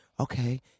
Okay